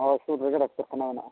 ᱦᱳᱭ ᱥᱩᱨ ᱨᱮᱜᱮ ᱰᱟᱠᱛᱚᱨ ᱠᱷᱟᱱᱟ ᱢᱮᱱᱟᱜᱼᱟ